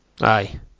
aye